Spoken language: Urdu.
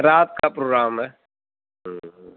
رات کا پروگرام ہے